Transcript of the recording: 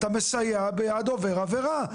אתה מסייע ביד עובר עבירה,